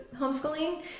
homeschooling